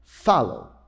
Follow